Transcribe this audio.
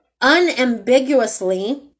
unambiguously